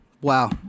Wow